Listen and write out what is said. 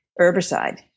herbicide